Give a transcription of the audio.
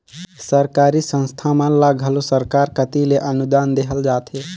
सरकारी संस्था मन ल घलो सरकार कती ले अनुदान देहल जाथे